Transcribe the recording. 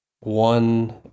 One